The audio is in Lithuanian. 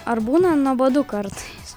ar būna nuobodu kartais